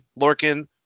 Lorkin